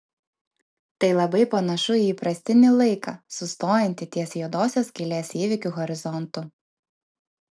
tai labai panašu į įprastinį laiką sustojantį ties juodosios skylės įvykių horizontu